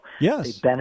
Yes